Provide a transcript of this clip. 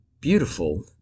beautiful